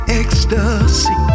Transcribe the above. ecstasy